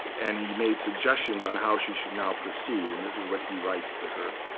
and he made suggestions on how she should now proceed. and this is what he writes to her.